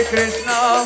Krishna